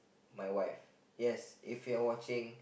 my wife yes if you are watching